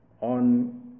on